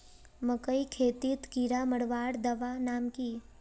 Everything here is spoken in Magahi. मकई खेतीत कीड़ा मारवार दवा नाम की?